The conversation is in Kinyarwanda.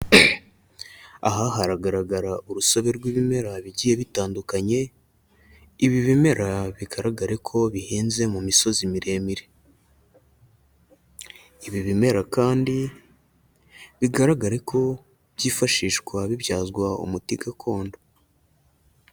Aha hagaragara urusobe rw'ibimera bigiye bitandukanye, ibi bimera bigaragare ko bihenze mu misozi miremire, ibi bimera kandi bigaragare ko byifashishwa bibyazwa umuti gakondo.